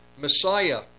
Messiah